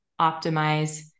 optimize